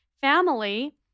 family